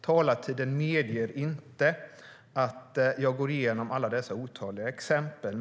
Talartiden medger inte att jag går igenom alla dessa otaliga exempel.